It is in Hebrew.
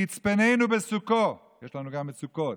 כי יצפנני בסכה" יש לנו גם את סוכות,